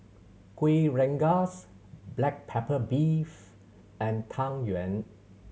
Kuih Rengas black pepper beef and Tang Yuen